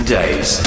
days